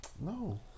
no